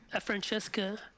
Francesca